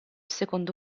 secondo